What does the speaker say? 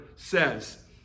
Says